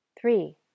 Three